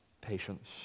patience